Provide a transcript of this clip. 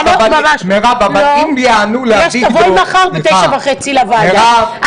תבואי מחר ב-9:30 לוועדה,